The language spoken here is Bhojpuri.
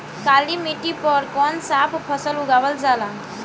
काली मिट्टी पर कौन सा फ़सल उगावल जाला?